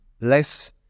less